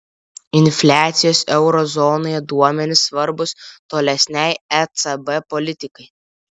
infliacijos euro zonoje duomenys svarbūs tolesnei ecb politikai